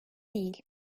değil